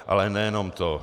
Ale nejenom to.